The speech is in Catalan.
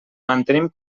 mantenim